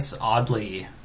oddly